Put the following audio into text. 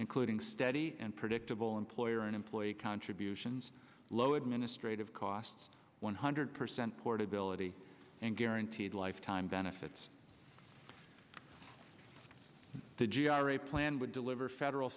including steady and predictable employer and employee contributions low administrative costs one hundred percent portability and guaranteed lifetime benefits to g r a plan would deliver federal